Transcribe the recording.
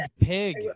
Pig